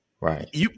Right